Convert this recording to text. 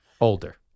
older